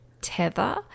tether